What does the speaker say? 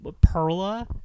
Perla